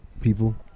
people